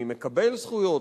מי מקבל זכויות,